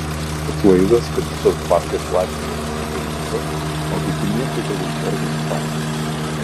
toks vaizdas kad visos babkės latvijoje suteka į rygą o kiti miestai tegul tvarkosi patys